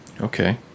Okay